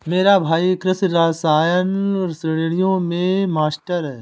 मेरा भाई कृषि रसायन श्रेणियों में मास्टर है